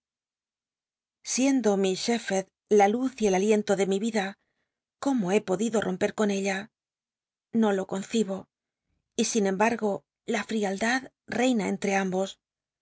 siendo miss shepberd la luz y el alien to de mi ida cómo be podido romper con ella no lo conci bo y sin embargo la frialdad reina enlte imbos